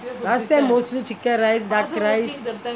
last time mostly chicken rice duck rice